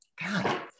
God